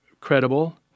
credible